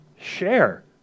share